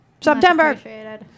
September